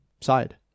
side